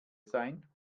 sein